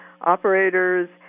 operators